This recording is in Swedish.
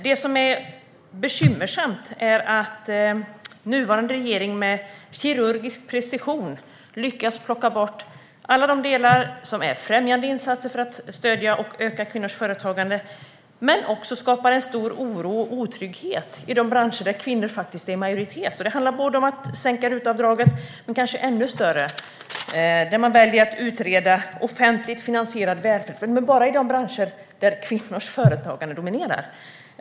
Det som är bekymmersamt är att nuvarande regering med kirurgisk precision lyckas plocka bort alla de insatser som är främjande och ska stödja och öka kvinnors företagande, och man skapar en stor oro och otrygghet i de branscher där kvinnor är i majoritet. Det handlar om att man vill sänka RUT-avdraget men kanske ännu mer att man väljer att utreda offentligt finansierad välfärd - men bara i de branscher där kvinnors företagande dominerar.